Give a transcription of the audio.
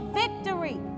victory